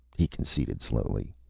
he conceded slowly.